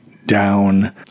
down